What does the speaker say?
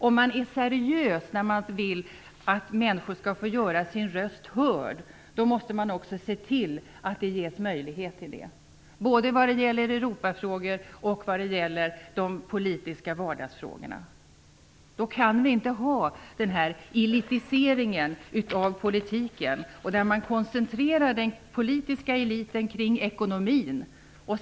Om man är seriös när man vill att människor skall få göra sin röst hörd måste man också se till att det ges möjlighet till det, både vad gäller Europafrågor och vad gäller de politiska vardagsfrågorna. Då kan vi inte ha denna elitisering av politiken, där man koncentrerar den politiska eliten kring ekonomin.